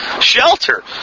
shelter